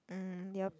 mm ya